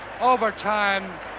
overtime